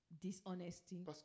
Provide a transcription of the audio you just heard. dishonesty